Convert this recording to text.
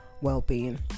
well-being